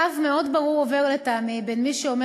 קו מאוד ברור עובר לטעמי בין מי שאומר